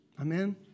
Amen